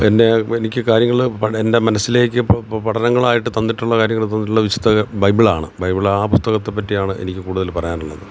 എന്നെ എനിക്ക് കാര്യങ്ങൾ പണ്ട് എൻ്റെ മനസ്സിലേക്ക് പ പഠനങ്ങളായിട്ടു തന്നിട്ടുള്ള കാര്യങ്ങൾ തന്നിട്ടുള്ള വിശുദ്ധ ബൈബിളാണ് ബൈബിൾ ആ പുസ്തകത്തെ പറ്റിയാണ് എനിക്ക് കൂടുതൽ പറയാനുള്ളത്